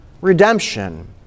redemption